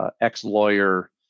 ex-lawyer